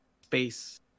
space